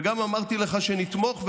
וגם אמרתי לך שנתמוך,